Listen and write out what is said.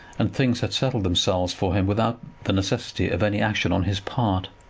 and things had settled themselves for him without the necessity of any action on his part.